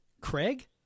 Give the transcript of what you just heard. Craig